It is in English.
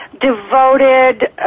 devoted